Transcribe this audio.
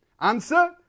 Answer